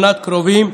אומנת קרובים,